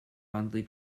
monthly